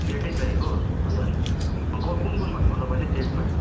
सेटै चाहिएको हजुर क कुन कुन भन्नुभयो तपाईँले सेटमा